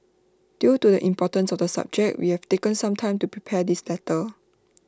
due to the importance of the subject we have taken some time to prepare this letter